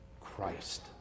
Christ